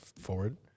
forward